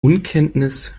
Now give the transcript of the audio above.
unkenntnis